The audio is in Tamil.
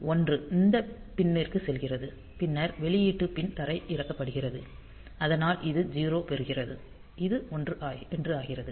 1 இந்த பின் னிற்கு செல்கிறது பின்னர் வெளியீட்டு பின் தரையிறக்கப்படுகிறது அதனால் இது 0 பெறுகிறது இது 1 என்று ஆகிறது